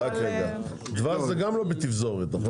דבש גם לא בתפזורת.